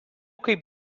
kaip